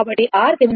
కాబట్టి RThevenin